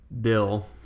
Bill